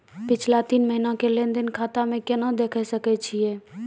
पिछला तीन महिना के लेंन देंन खाता मे केना देखे सकय छियै?